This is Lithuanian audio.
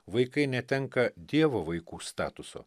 vaikai netenka dievo vaikų statuso